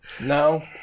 No